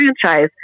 franchise